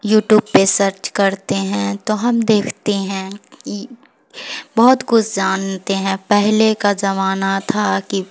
you tube پہ search کرتے ہیں تو ہم دیکھتے ہیں کہ بہت کچھ جانتے ہیں پہلے کا زمانہ تھا کہ